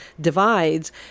divides